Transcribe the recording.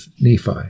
Nephi